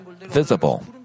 visible